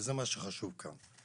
וזה מה שחשוב כאן.